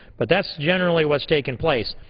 but that's generally what's taken place.